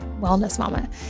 wellnessmama